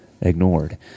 ignored